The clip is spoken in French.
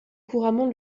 couramment